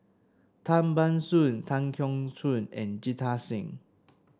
Tan Ban Soon Tan Keong Choon and Jita Singh